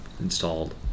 installed